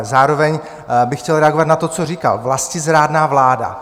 Zároveň bych chtěl reagovat na to, co říkal: vlastizrádná vláda.